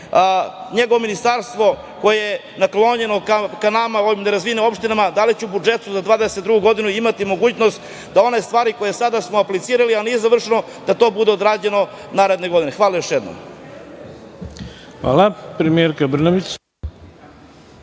njegovo ministarstvo koje je naklonjeno ka nama, ovim nerazvijenim opštinama – da li će u budžetu za 2022. godinu imati mogućnosti da one stvari koje smo sada aplicirali, a nisu završene da to bude odrađeno naredne godine? Hvala još jednom. **Ivica